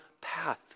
path